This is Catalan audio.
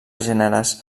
gèneres